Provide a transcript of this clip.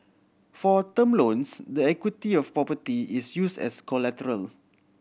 for term loans the equity of a property is used as collateral